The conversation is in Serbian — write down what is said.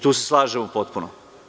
Tu se slažemo potpuno.